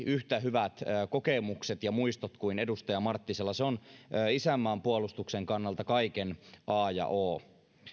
yhtä hyvät kokemukset ja muistot kuin edustaja marttisella on isänmaan puolustuksen kannalta kaiken a ja o